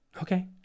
Okay